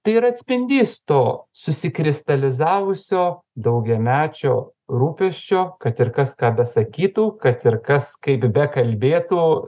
tai yra atspindys to susikristalizavusio daugiamečio rūpesčio kad ir kas ką besakytų kad ir kas kaip bekalbėtų